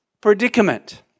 predicament